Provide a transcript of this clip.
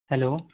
hello